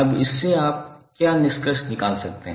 अब इससे आप क्या निष्कर्ष निकाल सकते हैं